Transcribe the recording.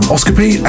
Oscopy